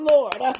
Lord